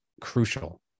crucial